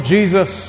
Jesus